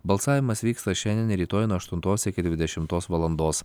balsavimas vyksta šiandien ir rytoj nuo aštuntos iki dvidešimtos valandos